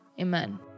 Amen